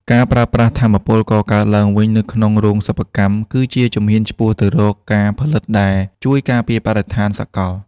ការប្រើប្រាស់ថាមពលកកើតឡើងវិញនៅក្នុងរោងសិប្បកម្ម គឺជាជំហានឆ្ពោះទៅរកការផលិតដែលជួយការពារបរិស្ថានសកល។